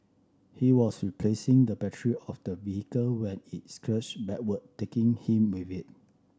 he was replacing the battery of the vehicle when it surged backward taking him with it